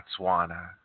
Botswana